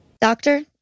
Doctor